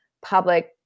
public